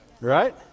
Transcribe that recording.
right